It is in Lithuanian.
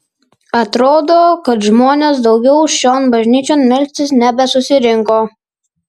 atrodo kad žmonės daugiau šion bažnyčion melstis nebesusirinko